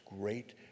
great